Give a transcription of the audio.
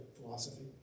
philosophy